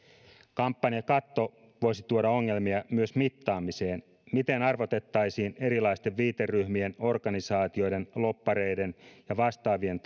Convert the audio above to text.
kampanjakatto voisi tuoda ongelmia myös mittaamiseen miten arvotettaisiin erilaisten viiteryhmien organisaatioiden lobbareiden ja vastaavien